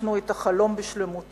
מימשנו את החלום בשלמותו,